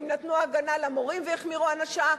ואם נתנו הגנה למורים והחמירו ענישה,